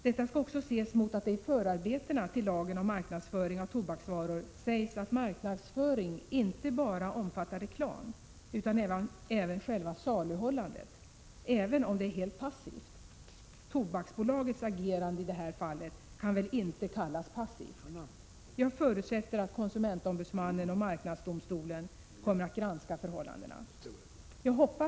Detta skall också ses mot att det i förarbetena till lagen om marknadsföring av tobaksvaror sägs att marknadsföring inte bara omfattar reklam utan även själva saluhållandet, även om det är helt passivt. Tobaksbolagets agerande i det här fallet kan väl inte kallas passivt. Jag förutsätter att konsumentombudsmannen och marknadsdomstolen kommer att granska förhållandena.